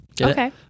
Okay